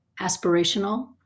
aspirational